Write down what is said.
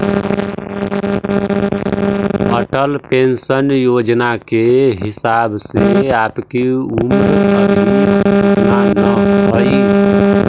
Atal pension Yojana के हिसाब से आपकी उम्र अभी उतना न हई